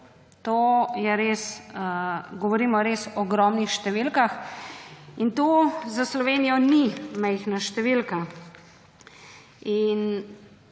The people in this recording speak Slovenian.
milijard. Govorimo res o ogromnih številkah in to za Slovenijo ni majhna številka. In